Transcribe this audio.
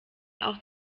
auch